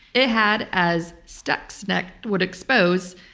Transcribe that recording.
it had, as stuxnet would expose,